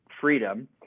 freedom